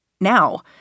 Now